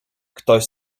ktoś